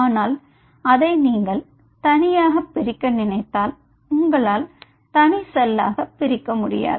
ஆனால் அதை நீங்கள் தனியாக பிரிக்க நினைத்தால் உங்களால் தனி செல்லாக பிரிக்க முடியாது